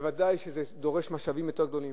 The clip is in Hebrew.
ודאי שזה דורש משאבים יותר גדולים.